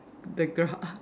the grass